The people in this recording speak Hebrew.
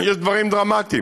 יש דברים דרמטיים